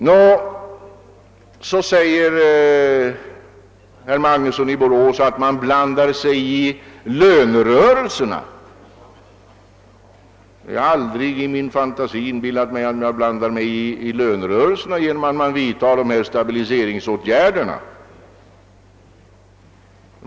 Herr Magnusson i Borås sade, att förslaget innebär att man blandar sig i lönerörelserna. Jag har dock i min fantasi aldrig kunnat se att vi blandar oss i dessa genom att vidta de här stabiliseringsåtgärderna.